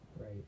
Right